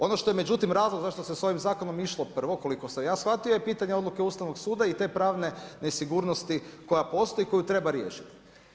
Ono što je međutim, razlog zašto se s ovim zakonom išlo prvo, koliko sam ja shvatio je pitanje odluke Ustavnog suda i te pravne nesigurnosti koja postoji i koju treba riješiti.